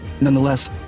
Nonetheless